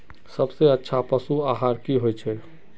सबसे अच्छा पशु आहार की होचए?